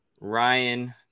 Ryan